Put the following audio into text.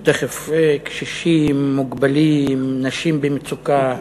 קשישים, מוגבלים, נשים במצוקה.